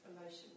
emotion